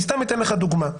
אני אתן לך דוגמה: